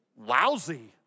lousy